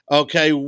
okay